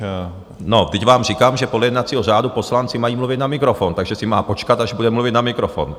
No vždyť vám říkám, že podle jednacího řádu poslanci mají mluvit na mikrofon, takže si má počkat, až bude mluvit na mikrofon.